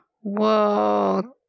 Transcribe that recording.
Whoa